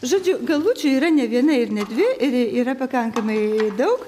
žodžiu galvučių yra ne viena ir ne dvi ir yra pakankamai daug